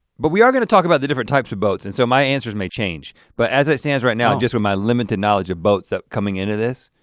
but we are gonna about the different types of boats and so my answers may change, but as it stands right now, just with my limited knowledge of boats coming into this,